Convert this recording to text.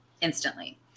instantly